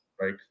right